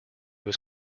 was